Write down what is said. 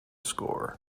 score